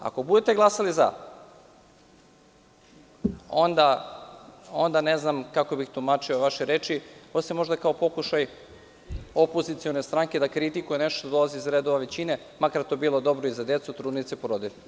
Ako budete glasali za, onda ne znam kako bih tumačio vaše reči, osim možda kao pokušaj opozicione stranke da kritikuje nešto što dolazi iz redova većine, makar to bilo dobro i za decu, trudnice i porodilje.